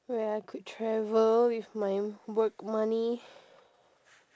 where I could travel with my work money